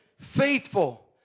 faithful